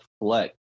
reflect